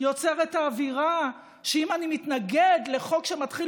יוצר את האווירה שאם אני מתנגד לחוק שמתחיל